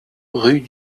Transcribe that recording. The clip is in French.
rue